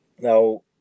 Now